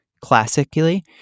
Classically